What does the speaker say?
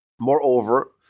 Moreover